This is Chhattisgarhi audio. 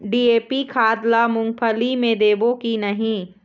डी.ए.पी खाद ला मुंगफली मे देबो की नहीं?